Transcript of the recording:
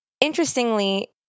Interestingly